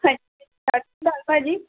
ਭਾਅ ਜੀ